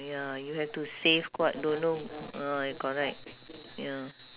ya you have to save quite don't know uh correct ya